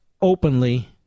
openly